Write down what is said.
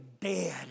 dead